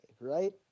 right